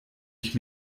ich